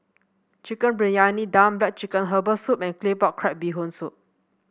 Chicken Briyani Dum black chicken Herbal Soup and Claypot Crab Bee Hoon Soup